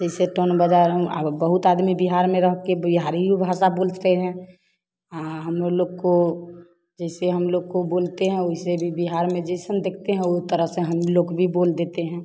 जैसे टन बजार हम आए बहुत आदमी में रह के बिहारी में भाषा बोलते हैं हाँ हाँ हम लोग को जैसे हम लोग को बोलते हैं वैसे भी बिहार में जइसन दिखते वो तरह से हम लोग भी बोल देते हैं